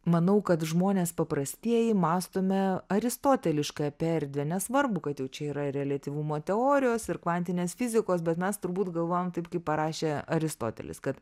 manau kad žmonės paprastieji mąstome aristoteliškai apie erdvę nesvarbu kad jau čia yra reliatyvumo teorijos ir kvantinės fizikos bet mes turbūt galvojam taip kaip parašė aristotelis kad